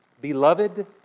Beloved